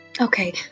Okay